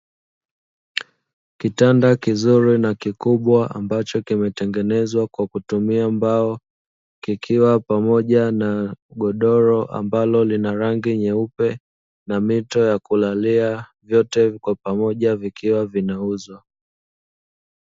Kitanda kizuri na kikubwa ambacho kimetengenezwa kwa kutumia mbao, kikiwa pamoja na godoro ambalo lina rangi nyeupe na mito ya kulalia. Vyote kwa pamoja vikiwa vinauzwa.